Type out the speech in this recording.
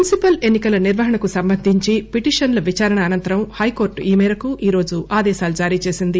municipal ఎన్సి కల నిర్వణకు సంబంధించియాస్ పిటిషన్ల విచారణ అనంతరం హై కోర్టు ఈ మేరకు ఈ రోజు ఆదేశాలు జారీ చేసింది